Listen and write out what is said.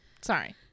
sorry